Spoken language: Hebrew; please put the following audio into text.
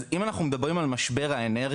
אז אם אנחנו מדברים על משבר האנרגיה,